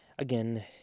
Again